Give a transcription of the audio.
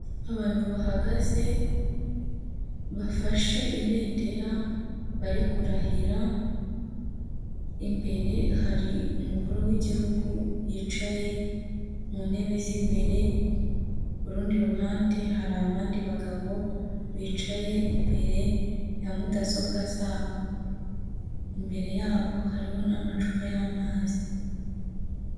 Abantu bahagaze bafashe ibendera bari kurahira, imbere hari umukuru w'igihugu wicaye mu ntebe z'imbere, urundi ruhande hari abandi bagabo bicaye imbere ya mudasobwa zabo, imbere yabo hariho n'amacupa y'amazi.